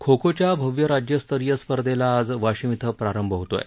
खो खो च्या भव्य राज्यस्तरीय स्पर्धेला आज वाशिम ििं प्रारंभ होत आहे